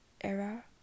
era